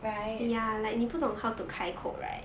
right